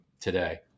today